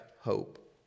hope